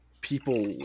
people